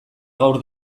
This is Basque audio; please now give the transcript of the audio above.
gaur